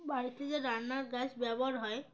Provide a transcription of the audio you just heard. বাড়িতে যে রান্নার গ্যাস ব্যবহার হয়